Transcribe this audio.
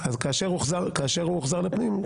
הוא חזר לפנים.